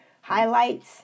highlights